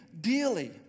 dearly